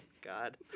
God